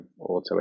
auto